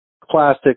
classic